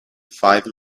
five